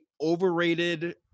overrated